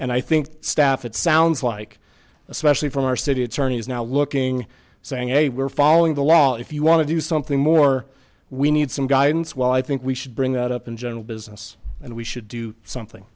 and i think staff it sounds like especially from our city attorney is now looking saying hey we're following the law if you want to do something more we need some guidance while i think we should bring that up in general business and we should do something